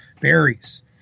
berries